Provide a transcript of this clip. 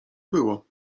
było